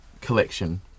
collection